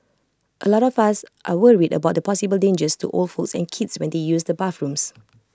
A lot of us are worried about the possible dangers to old folks and kids when they use the bathrooms